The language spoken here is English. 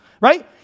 right